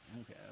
okay